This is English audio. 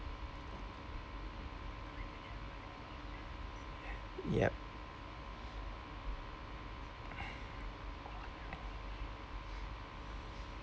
yup